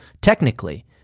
technically